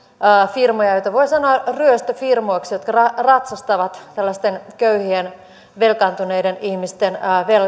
firmoja joita voi sanoa ryöstöfirmoiksi jotka ratsastavat tällaisten köyhien velkaantuneiden ihmisten